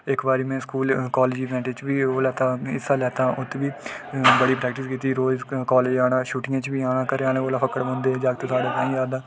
इक बारी में स्कूल कालेज च बी हिस्सा लैता उत्त बी बड़ी प्रैक्टिस कीती ही रोज़ कॉलेज आना ते म्युजिक च बी जाना ते घरें आह्लें कोला फक्कड़ पौंदे कि जागत साढ़ा ताहीं आ दा